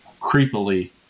creepily